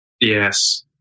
Yes